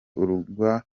uregwa